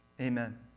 Amen